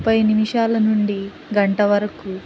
ముప్పై నిమిషాల నుండి గంట వరకు